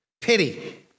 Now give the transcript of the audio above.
Pity